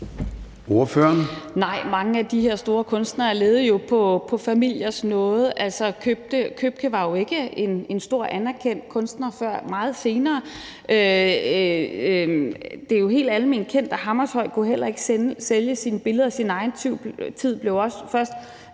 (RV): Nej, mange af de her store kunstnere levede på familiers nåde. Købke var jo ikke en stor, anerkendt kunstner før meget senere. Det er helt alment kendt, at Hammershøi heller ikke kunne sælge sine billeder i sin egen tid og også først